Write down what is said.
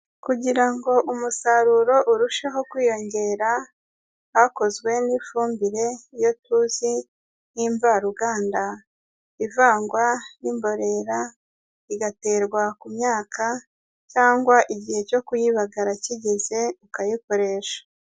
Kugira ngo umusaruro urusheho kwiyongera, hakozwe n'ifumbire iyo tuzi nk'imvaruganda ivangwa n'imborera igaterwa ku myaka cyangwa igihe cyo kuyibagara kigeze ukayikoresha.